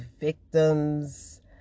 victims